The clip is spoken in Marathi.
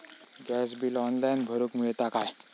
गॅस बिल ऑनलाइन भरुक मिळता काय?